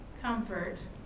comfort